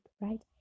right